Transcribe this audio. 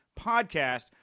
podcast